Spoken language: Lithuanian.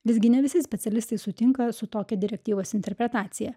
visgi ne visi specialistai sutinka su tokia direktyvos interpretacija